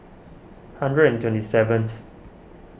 hundred and twenty seventh